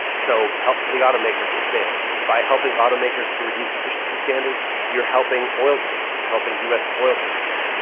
so help for the automakers was big by helping automakers to reduce efficiency standards. you're helping oil demand. you're helping u s. oil producers.